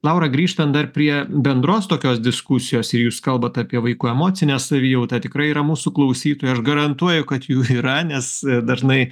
laura grįžtan dar prie bendros tokios diskusijos ir jūs kalbat apie vaikų emocinę savijautą tikrai yra mūsų klausytojai aš garantuoju kad jų yra nes dažnai